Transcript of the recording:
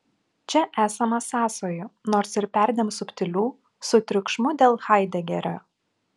čia esama sąsajų nors ir perdėm subtilių su triukšmu dėl haidegerio